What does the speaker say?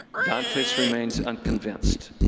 dantes remains unconvinced.